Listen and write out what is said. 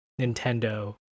Nintendo